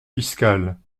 fiscales